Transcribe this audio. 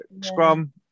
Scrum